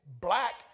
Black